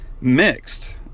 mixed